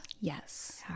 Yes